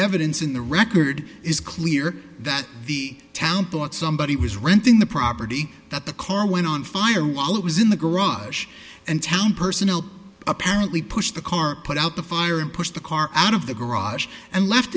evidence in the record is clear that the town thought somebody was renting the property that the car went on fire while it was in the garage and town personal apparently pushed the car put out the fire and pushed the car out of the garage and left